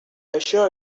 això